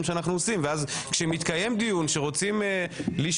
שאנחנו עושים ואז כשמתקיים דיון ורוצים לשמוע,